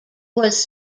was